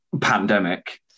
pandemic